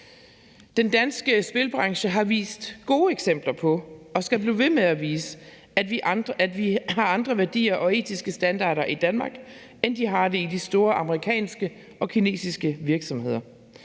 Den danske spilbranche har vist og skal blive ved med at vise gode eksempler på, at vi har andre værdier og etiske standarder i Danmark, end de har i de store amerikanske og kinesiske virksomheder.